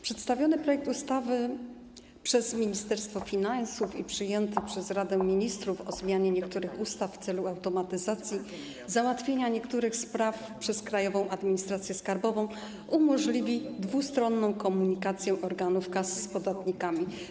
Przedstawiony przez Ministerstwo Finansów i przyjęty przez Radę Ministrów projekt ustawy o zmianie niektórych ustaw w celu automatyzacji załatwiania niektórych spraw przez Krajową Administrację Skarbową umożliwi dwustronną komunikację organów KAS z podatnikami.